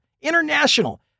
international